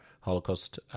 Holocaust